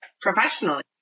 professionally